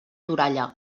toralla